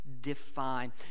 define